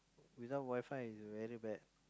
without WiFi is very bad